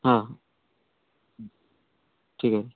हां ठीक आहे